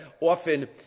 often